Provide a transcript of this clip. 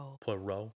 Poirot